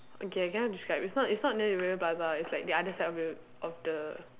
okay I cannot describe it's not it's not near rivervale plaza it's like the other side of the of the